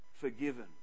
forgiven